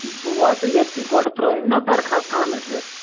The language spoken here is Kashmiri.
بہٕ واتہٕ ییٚلہِ تُہۍ گۄڈٕ ترٛٲوِو نا درخاس تھانس پٮ۪ٹھ